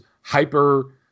hyper